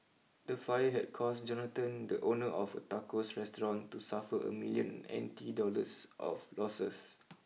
the fire had caused Jonathon the owner of Tacos restaurant to suffer a million N T dollars of losses